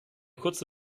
kurze